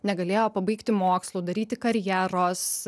negalėjo pabaigti mokslų daryti karjeros